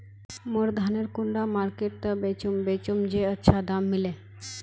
मोर धानेर कुंडा मार्केट त बेचुम बेचुम जे अच्छा दाम मिले?